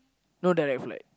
no direct flight